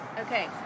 Okay